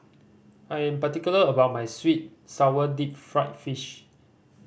I am particular about my sweet sour deep fried fish